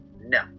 no